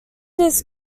his